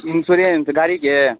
insurance गाड़ीके